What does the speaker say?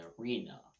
arena